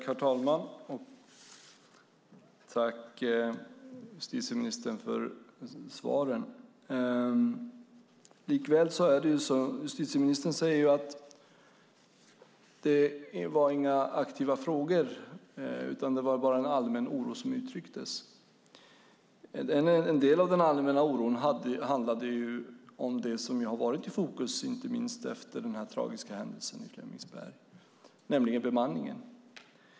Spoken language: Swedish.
Herr talman! Jag tackar justitieministern för dessa svar. Justitieministern säger att det inte var några konkreta frågor i brevet utan att det bara var en allmän oro som uttrycktes. En del av den allmänna oron handlade om det som har varit i fokus, inte minst efter den tragiska händelsen i Flemingsberg, nämligen bemanningen.